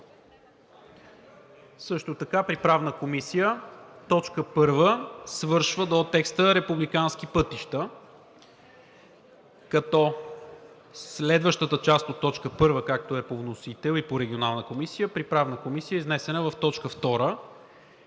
Също така в Правната комисия т. 1 свършва до текста „републикански пътища“, като следващата част от т. 1 е както е по вносител и в Регионалната комисия, а в Правната комисия е изнесена в т. 2